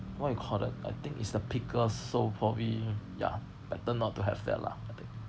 what you call that I think is the pickles so probably ya better not to have that lah I think